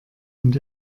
und